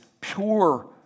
pure